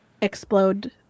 explode